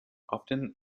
often